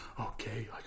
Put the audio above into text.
okay